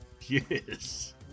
Yes